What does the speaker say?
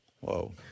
Whoa